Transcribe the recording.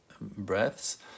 breaths